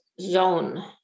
zone